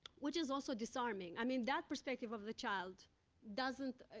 which is also disarming. i mean that perspective of the child doesn't,